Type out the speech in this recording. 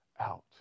out